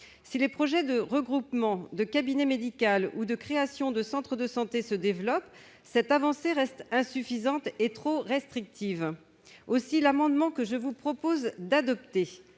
Si les projets de regroupement de cabinets médicaux ou de création de centres de santé se développent, cette avancée reste insuffisante et trop restrictive. Aussi, l'amendement que je vous propose d'adopter